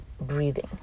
breathing